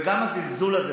וגם הזלזול הזה.